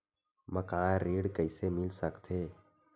मकान ऋण कइसे मिल सकथे?